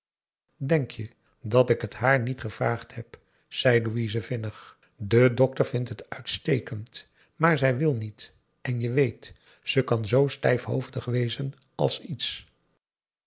denk je dat ik het haar niet gevraagd heb zei louise vinnig de dokter vindt het uitstekend maar zij wil niet en je weet ze kan zoo stijfhoofdig wezen als iets